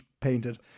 painted